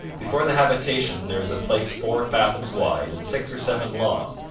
before the habitation there is a place four fathoms wide and six or seven long,